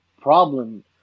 problem